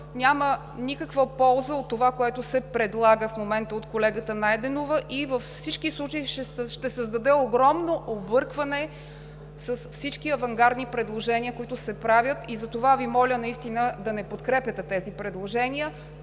Няма никаква полза от това, което се предлага в момента от колегата Найденова. И във всички случаи ще създаде огромно объркване с всички авангардни предложения, които се правят. Затова Ви моля наистина да не подкрепяте тези предложения.